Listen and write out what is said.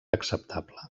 acceptable